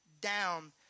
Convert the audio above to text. down